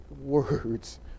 words